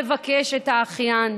לבקש את האחיין.